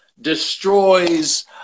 destroys